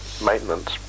maintenance